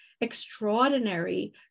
extraordinary